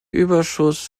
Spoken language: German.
überschuss